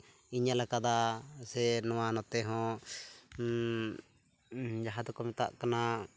ᱤᱧ ᱧᱮᱞ ᱟᱠᱟᱫᱟ ᱥᱮ ᱱᱚᱣᱟ ᱱᱚᱛᱮ ᱦᱚᱸ ᱡᱟᱦᱟᱸ ᱫᱚᱠᱚ ᱢᱮᱛᱟᱜ ᱠᱟᱱᱟ